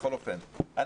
בכל אופן,